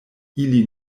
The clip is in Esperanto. ili